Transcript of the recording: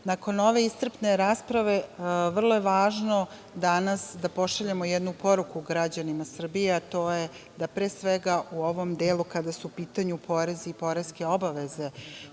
nakon ove iscrpne rasprave vrlo je važno danas da pošaljemo jednu poruku građanima Srbije, a to je da pre svega u ovom delu kada su u pitanju porezi i poreske obaveze